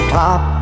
top